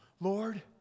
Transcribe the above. Lord